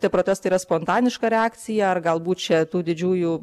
tie protestai yra spontaniška reakcija ar galbūt čia tų didžiųjų